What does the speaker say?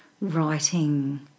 writing